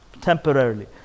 Temporarily